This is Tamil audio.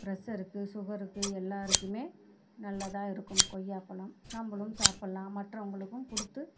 பிரெஷருக்கு சுகருக்கு எல்லாருக்குமே நல்லதாக இருக்கும் கொய்யாப்பழம் நம்பளும் சாப்பிடலாம் மற்றவங்களுக்கு கொடுத்து